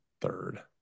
third